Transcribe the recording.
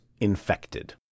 infected